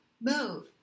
move